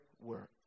work